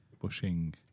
Bushing